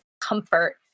comfort